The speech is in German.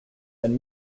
einen